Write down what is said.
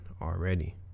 already